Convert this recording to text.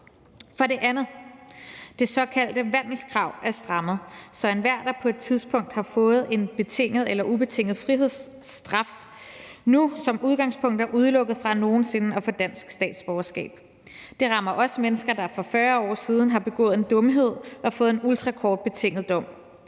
For det andet er det såkaldte vandelskrav strammet, så enhver der på et tidspunkt har fået en betinget eller ubetinget frihedsstraf, nu som udgangspunkt er udelukket fra nogen sinde at få dansk statsborgerskab. Det rammer også mennesker, der for 40 år siden har begået en dumhed og fået en ultrakort betinget dom.